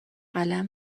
قلم